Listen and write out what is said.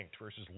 versus